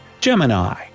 Gemini